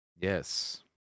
yes